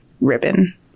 ribbon